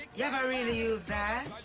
you ever really use that? i